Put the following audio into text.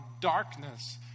darkness